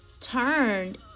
turned